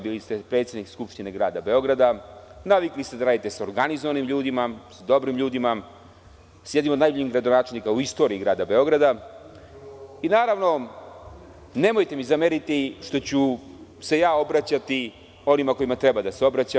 Bili ste predsednik Skupštine Grada Beograda, navikli ste da radite sa organizovanim ljudima, sa dobrim ljudima, sa jednim od najboljih gradonačelnika u istoriji Grada Beograda, i naravno nemojte mi zameriti što ću se obraćati onima kojima treba da se obraćam.